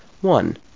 One